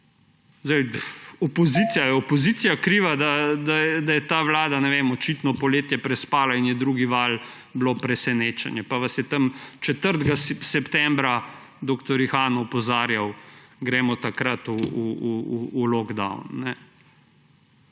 je opozicija kriva, da je ta vlada očitno poletje prespala in je drugi val bil presenečenje? Pa vas je tam 4. septembra dr. Ihan opozarjal, gremo takrat v lockdown.